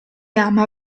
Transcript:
ama